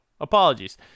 apologies